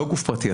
לא גוף פרטי.